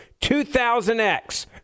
2000X